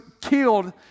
killed